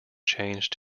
changed